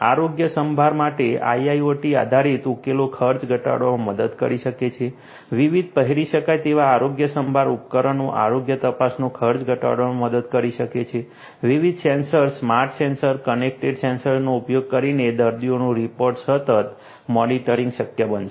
આરોગ્ય સંભાળ માટે IIoT આધારિત ઉકેલો ખર્ચ ઘટાડવામાં મદદ કરી શકે છે વિવિધ પહેરી શકાય તેવા આરોગ્યસંભાળ ઉપકરણો આરોગ્ય તપાસનો ખર્ચ ઘટાડવામાં મદદ કરી શકે છે વિવિધ સેન્સર સ્માર્ટ સેન્સર કનેક્ટેડ સેન્સરનો ઉપયોગ કરીને દર્દીઓનું રિમોટ સતત મોનિટરિંગ શક્ય બનશે